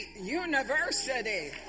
University